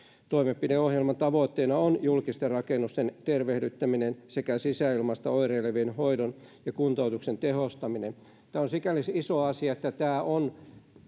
toimenpideohjelman tavoitteena on julkisten rakennusten tervehdyttäminen sekä sisäilmasta oireilevien hoidon ja kuntoutuksen tehostaminen tämä on sikäli iso asia että tämä on